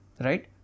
Right